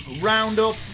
Roundup